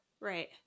Right